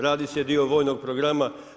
Radi se dio vojnog programa.